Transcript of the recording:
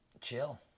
Chill